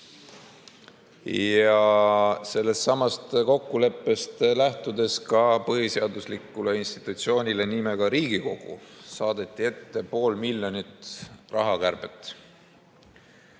Ja sellestsamast kokkuleppest lähtudes nähakse ka põhiseaduslikule institutsioonile nimega Riigikogu ette pool miljonit rahakärbet.